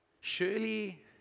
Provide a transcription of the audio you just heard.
surely